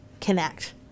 connect